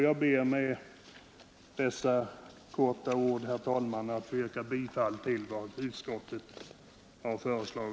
Jag ber med dessa få ord, herr talman, att få yrka bifall till utskottets förslag.